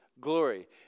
glory